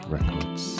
Records